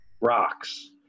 rocks